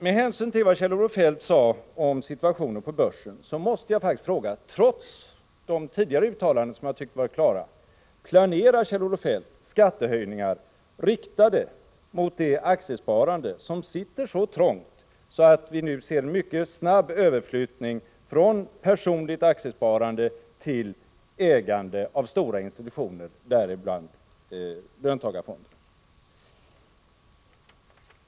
Med hänsyn till vad Kjell-Olof Feldt sade om situationen på börsen måste jag faktiskt, trots finansministerns tidigare klara uttalanden, fråga: Planerar Kjell-Olof Feldt skattehöjningar riktade mot det aktiesparande som sitter så trångt att vi nu ser en mycket snabb överflyttning från personligt aktieägande till ägande av stora institutioner, däribland löntagarfonderna?